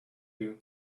you